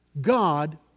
God